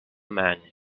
man